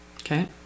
Okay